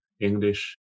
english